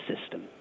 system